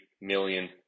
million